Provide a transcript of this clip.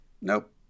Nope